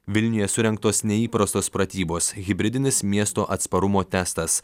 vilniuje surengtos neįprastos pratybos hibridinis miesto atsparumo testas